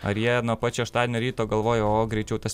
ar jie nuo pat šeštadienio ryto galvoja o greičiau tas